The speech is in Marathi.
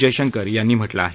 जयशंकर यांनी म्हटलं आहे